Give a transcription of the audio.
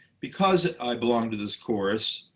because i belong to this chorus,